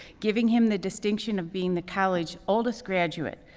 giving him the distinction of being the college oldest graduate.